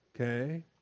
Okay